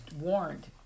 warned